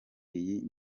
iyi